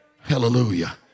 Hallelujah